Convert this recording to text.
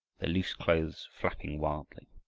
their loose clothes flapping wildly.